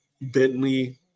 Bentley